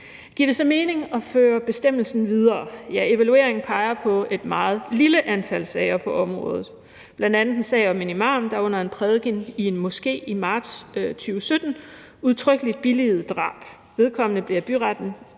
Giver det så mening at føre bestemmelsen videre? Ja, evalueringen peger på et meget lille antal sager på området, bl.a. en sag om en imam, der under en prædiken i en moské i marts 2017 udtrykkelig billigede drab. Vedkommende blev af byretten